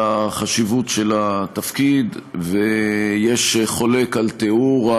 על החשיבות של התפקיד ויש חולק על התיאור.